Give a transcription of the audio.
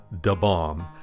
da-bomb